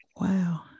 wow